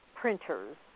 printers